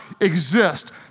exist